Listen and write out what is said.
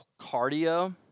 cardio